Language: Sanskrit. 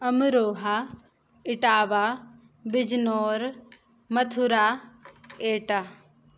अमरोहा ईटावा बिजनोर् मथुरा एटा